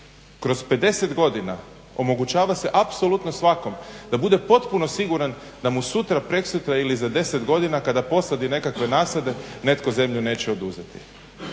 kroz 50 godina omogućava se apsolutno svakom da bude potpuno siguran da mu sutra, preksutra ili za 10 godina kada posadi nekakve nasade netko zemlju neće oduzeti.